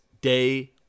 day